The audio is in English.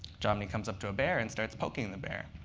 jomny comes up to a bear and starts poking the bear.